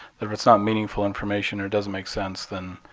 but if it's not meaningful information or doesn't make sense, then